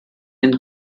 ein